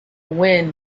wind